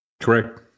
Correct